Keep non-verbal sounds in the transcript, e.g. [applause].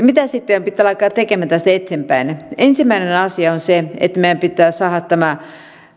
[unintelligible] mitä sitten pitää alkaa tekemään tästä eteenpäin ensimmäinen asia on se että meidän pitää saada nämä